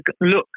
look